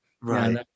Right